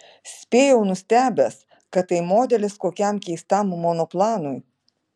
spėjau nustebęs kad tai modelis kokiam keistam monoplanui